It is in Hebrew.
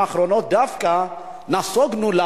שבשנים האחרונות דווקא נסוגונו,